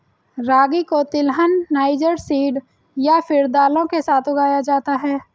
रागी को तिलहन, niger seed या फिर दालों के साथ उगाया जाता है